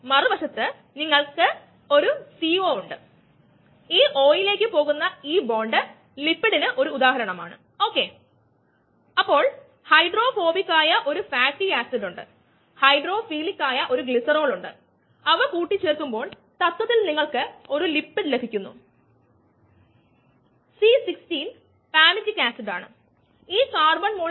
അതായത് K 1 E S ഇത് രണ്ടും സാന്ദ്രത ആണ് അതായത് സാന്ദ്രത വോളിയം അതു equals K2 enzyme substrate complex concentration volume K3 enzyme substrate complex concentration volume